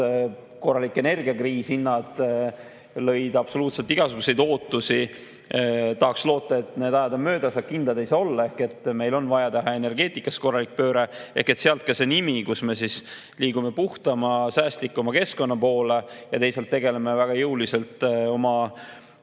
korralik energiakriis, hinnad ületasid absoluutselt igasuguseid [eeldusi]. Tahaksin loota, et need ajad on möödas, aga kindel ei saa olla. Meil on vaja teha energeetikas korralik pööre. Sealt ka see nimi. Me liigume puhtama ja säästlikuma keskkonna poole ja teisalt tegeleme väga jõuliselt oma